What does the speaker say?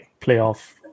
playoff